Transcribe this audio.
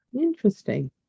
Interesting